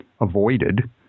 avoided